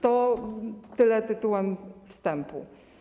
To tyle tytułem wstępu.